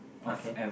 okay